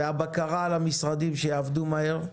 והבקרה על המשרדים שיעבדו מהר.